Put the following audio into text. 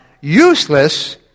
useless